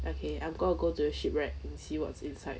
okay I'm going to go to the shipwreck and see what's inside